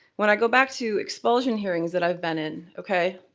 when i go back to expulsion hearings that i've been in, okay?